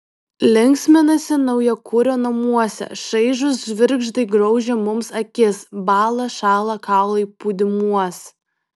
linksminasi naujakurio namuose šaižūs žvirgždai graužia mums akis bąla šąla kaulai pūdymuos